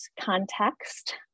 context